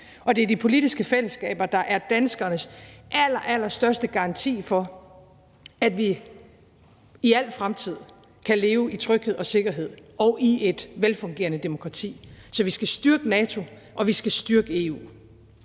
Og det er de politiske fællesskaber, der er danskernes allerallerstørste garanti for, at vi i al fremtid kan leve i tryghed og sikkerhed og i et velfungerende demokrati. Så vi skal styrke NATO, og vi skal styrke EU.